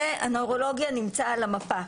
והנוירולוגיה נמצא על המפה.